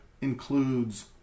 includes